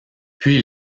puis